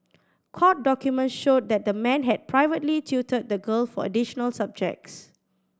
court documents showed that the man had privately tutored the girl for additional subjects